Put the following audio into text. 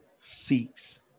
seeks